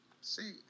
See